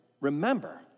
remember